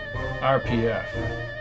RPF